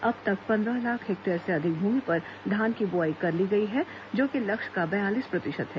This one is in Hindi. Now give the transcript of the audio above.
अब तक पंद्रह लाख हेक्टेयर से अधिक भूमि पर धान की बोआई कर ली गई है जो कि लक्ष्य का बयालीस प्रतिशत है